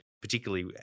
particularly